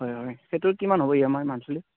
হয় হয় সেইটো কিমান হ'ব ই এম আই মান্থলী